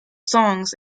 songs